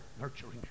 nurturing